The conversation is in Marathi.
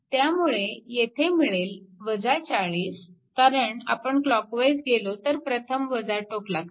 त्यामुळे येथे मिळेल 40 कारण आपण क्लॉकवाईज गेलो तर प्रथम टोक लागते